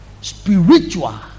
spiritual